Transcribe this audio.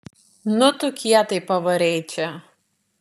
nu tu kietai pavarei čia